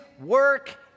work